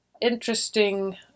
interesting